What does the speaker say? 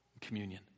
Communion